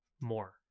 more